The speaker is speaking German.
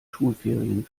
schulferien